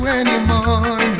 anymore